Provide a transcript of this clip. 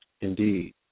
Indeed